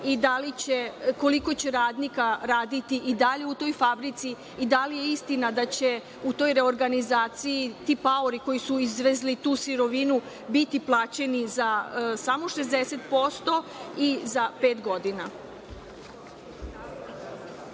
i da li će i koliko će radnika raditi i dalje u toj fabrici i da li je istina da će u toj reorganizaciji ti paori koji su izvezli tu sirovinu biti plaćeni samo 60% za pet godina?